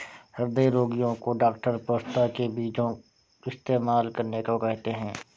हृदय रोगीयो को डॉक्टर पोस्ता के बीजो इस्तेमाल करने को कहते है